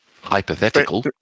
hypothetical